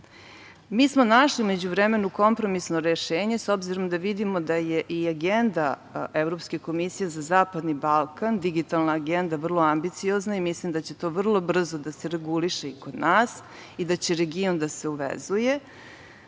Mi smo našli u međuvremenu kompromisno rešenje, s obzirom da vidimo da je i agenda Evropske komisije za zapadni Balkan, digitalna agenda, vrlo ambiciozna i mislim da će to vrlo brzo da se reguliše i kod nas i da će region da se uvezuje,